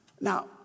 Now